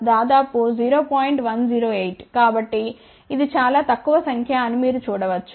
కాబట్టి ఇది చాలా తక్కువ సంఖ్య అని మీరు చూడవచ్చు